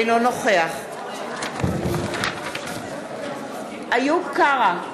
אינו נוכח איוב קרא,